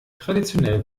traditionell